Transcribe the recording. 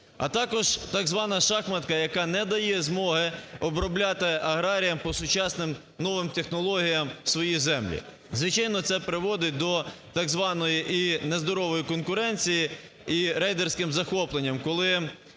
А також так звана шахматка, яка не дає змоги обробляти аграріям по сучасним новим технологіям свої землі. Звичайно, це приводить до так званої і нездорової конкуренції, і рейдерським захопленням, коли